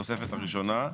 בתוספת הראשונה.